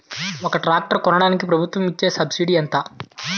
ఒక ట్రాక్టర్ కొనడానికి ప్రభుత్వం ఇచే సబ్సిడీ ఎంత?